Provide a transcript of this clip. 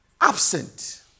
absent